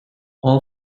all